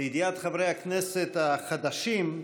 לידיעת חברי הכנסת החדשים,